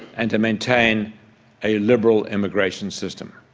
and to maintain a liberal immigration system.